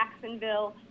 Jacksonville